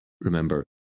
Remember